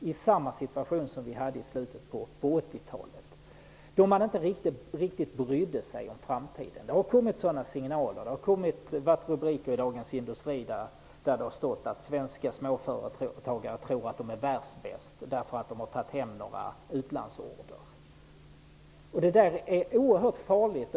i samma situation som i slutet på 80-talet, då man inte riktigt brydde sig om framtiden. Det har kommit sådana signaler. Det har stått i Dagens Industri att svenska småföretagare tror att de är världsbästa därför att de tagit hem några utlandsorder. Det är oerhört farligt.